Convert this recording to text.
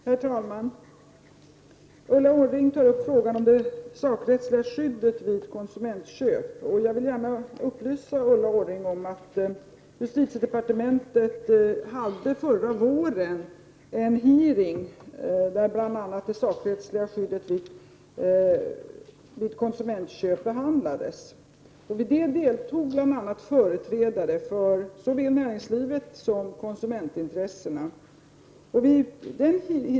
Herr talman! Ulla Orring tar upp frågan om det sakrättsliga skyddet vid konsumentköp. Jag vill gärna upplysa Ulla Orring om att justitiedepartementet förra våren hade en hearing där bl.a. det sakrättsliga skyddet vid konsumentköp behandlades. I den hearingen deltog bl.a. företrädare för såväl näringslivet som konsumentintressena.